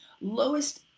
lowest